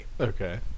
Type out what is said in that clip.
Okay